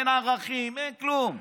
אין ערכים, אין כלום.